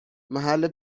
محل